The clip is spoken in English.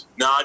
no